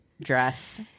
dress